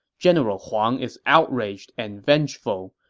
general huang is outraged and vengeful,